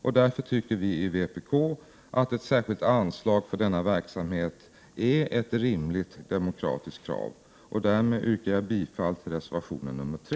Vi i vpk tycker att ett särskilt anslag för denna verksamhet är ett rimligt demokratiskt krav. Därmed yrkar jag bifall till reservation 3.